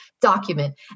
document